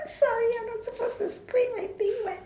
sorry I'm not supposed to scream I think but